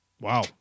Wow